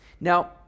Now